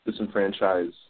disenfranchise